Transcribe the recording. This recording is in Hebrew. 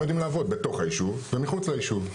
יודעים לעבוד בתוך היישוב ומחוץ ליישוב.